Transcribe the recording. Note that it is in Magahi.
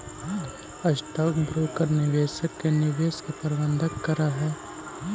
स्टॉक ब्रोकर निवेशक के निवेश के प्रबंधन करऽ हई